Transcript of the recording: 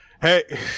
hey